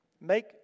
Make